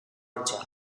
kentzea